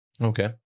okay